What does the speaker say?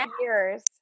years